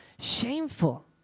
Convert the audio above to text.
shameful